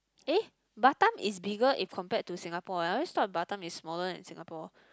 eh Batam is bigger if compared to Singapore I always thought Batam is smaller than Singapore